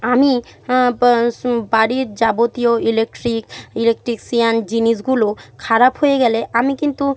আমি বা স্ বাড়ির যাবতীয় ইলেকট্রিক ইলেক্ট্রিশিয়ান জিনিসগুলো খারাপ হয়ে গেলে আমি কিন্তু